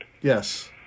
Yes